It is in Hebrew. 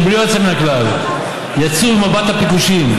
בלי יוצא מן הכלל יצאו ממפת הביקושים,